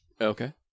Okay